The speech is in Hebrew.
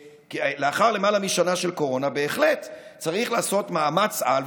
לאחר למעלה משנה של קורונה בהחלט צריך לעשות מאמץ-על,